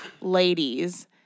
ladies